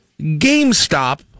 GameStop